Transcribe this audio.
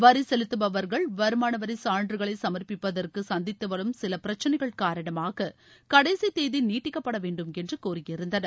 வரி செலுத்துபவர்கள் வருமானவரி சான்றுகளை சமர்ப்பிப்பதற்கு சந்தித்து வரும் சில பிரச்சினைகள் காரணமாக கடைசி தேதி நீட்டிக்கப்பட வேண்டும் என்று கோரியிருந்தனர்